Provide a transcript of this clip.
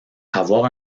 avoir